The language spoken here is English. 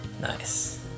Nice